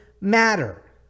matter